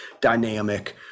dynamic